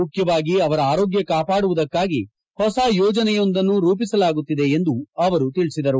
ಮುಖ್ಯವಾಗಿ ಅವರ ಆರೋಗ್ಯ ಕಾಪಾಡುವುದಕ್ಕಾಗಿ ಹೊಸ ಯೋಜನೆಯೊಂದನ್ನು ರೂಪಿಸಲಾಗುತ್ತಿದೆ ಎಂದು ಅವರು ಪೇಳದರು